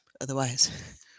Otherwise